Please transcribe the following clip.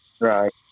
Right